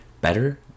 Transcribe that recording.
better